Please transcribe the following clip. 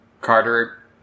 Carter